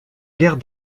guerre